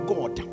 God